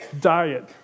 diet